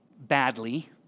badly